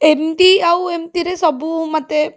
ଏମିତି ଆଉ ଏମିତିରେ ସବୁ ମୋତେ